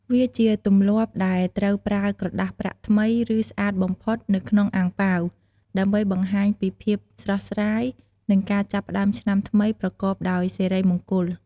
វាជាទម្លាប់ដែលត្រូវប្រើក្រដាសប្រាក់ថ្មី ឬស្អាតបំផុតនៅក្នុងអាំងប៉ាវ ដើម្បីបង្ហាញពីភាពស្រស់ស្រាយ និងការចាប់ផ្ដើមឆ្នាំថ្មីប្រកបដោយសិរីមង្គល។